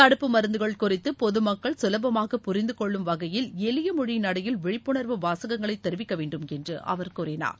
தடுப்பு மருந்துகள் குறித்து பொது மக்கள் கலடமாக புரிந்து கொள்ளும் வகையில் எளிய மொழி நடையில் விழிப்புணர்வு வாசகங்களை தெரிவிக்க வேண்டுமென்று அவர் கூறினார்